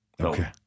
Okay